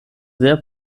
sehr